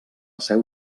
seu